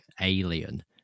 Alien